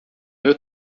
meu